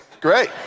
Great